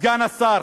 סגן השר,